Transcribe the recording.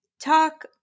talk